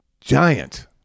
giant